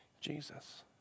Jesus